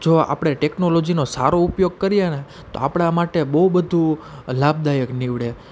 જો આપણે ટેકનોલોજીનો સારો ઉપયોગ કરીએને તો આપળા માટે બહુ બધું લાભદાયક નિવડે